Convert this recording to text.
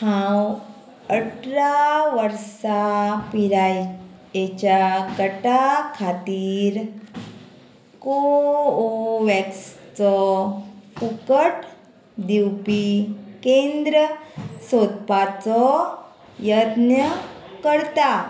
हांव अठरा वर्सां पिरायेच्या गटा खातीर कोवोव्हॅक्सचो फुकट दिवपी केंद्र सोदपाचो यत्न करतां